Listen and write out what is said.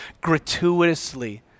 gratuitously